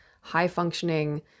high-functioning